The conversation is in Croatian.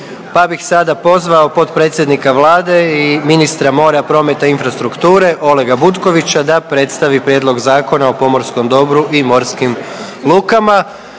pa bih sada pozvao potpredsjednika Vlade i ministra mora, prometa i infrastrukture Olega Butkovića da predstavi Prijedlog zakona o pomorskom dobru i morskim lukama.